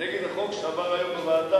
נגד החוק שעבר היום בוועדה.